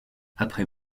après